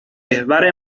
محور